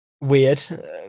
weird